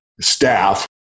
staff